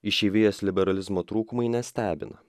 išeivijos liberalizmo trūkumai nestebina